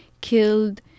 killed